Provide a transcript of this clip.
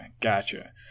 Gotcha